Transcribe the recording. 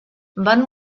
van